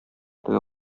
теге